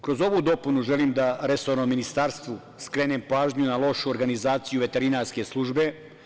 Kroz ovu dopunu želim da resornom ministarstvu skrenem pažnju na lošu organizaciju veterinarske službe.